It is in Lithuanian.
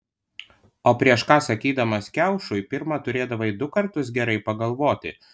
o prieš ką sakydamas kiaušui pirma turėdavai du kartus gerai pagalvoti